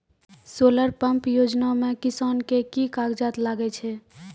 Solar pump योजना म किसान के की कागजात लागै छै?